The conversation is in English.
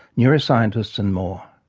neuroscientists and more.